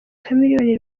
chameleone